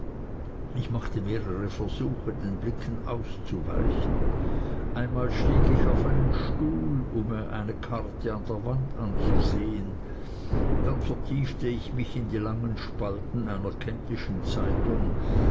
ich machte mehrere versuche den blicken auszuweichen einmal stieg ich auf einen stuhl um mir eine karte an der wand anzusehen dann vertiefte ich mich in die langen spalten einer kentischen zeitung